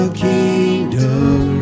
kingdom